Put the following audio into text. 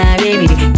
baby